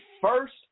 first